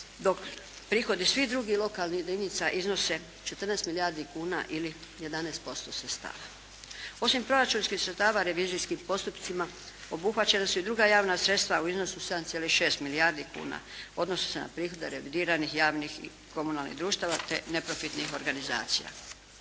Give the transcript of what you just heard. dok prihodi svih drugih lokalnih jedinica iznose 14 milijardi kuna ili 11% sredstava. Osim proračunskih sredstava revizijskim postupcima obuhvaćena su i druga javna sredstva u iznosu od 7,6 milijardi kuna. Odnose se na prihode revidiranih javnih i komunalnih društava te neprofitnih organizacija.